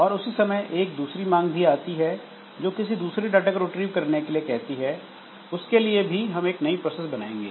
और इसी समय एक दूसरी मांग भी आती है जो किसी दूसरे डाटा को रिट्रीव करने के लिए कहती है उसके लिए भी हम एक नई प्रोसेस बनाएंगे